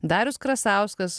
darius krasauskas